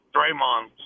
Draymond